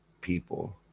people